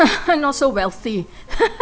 not so wealthy